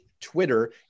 Twitter